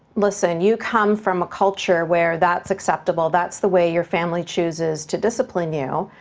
listen, you come from a culture where that's acceptable. that's the way your family chooses to discipline you,